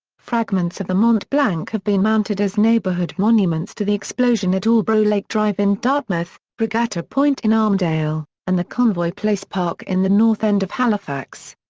fragments of mont-blanc have been mounted as neighbourhood monuments to the explosion at albro lake drive in dartmouth, regatta point in armdale, and the convoy place park in the north end of halifax.